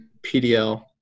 PDL